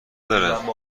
داره